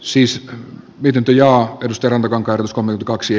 siis ydintujaa edusti renkaan carson kaksi